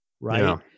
right